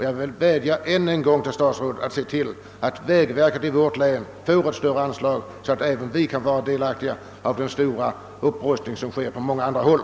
Jag vädjar än en gång till statsrådet att han ser till att vägverket i vårt län får större anslag så att vi blir delaktiga av den stora upprustning som sker på många andra håll.